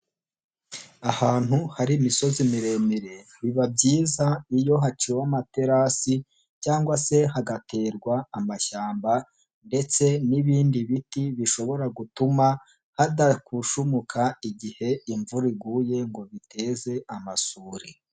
Ahantu hari imisozi miremire, biba byiza iyo haciwe amaterasi cyangwa se hagaterwa amashyamba ndetse n'ibindi biti bishobora gutuma hadakushumuka igihe imvura iguye ngo biteze amasuri.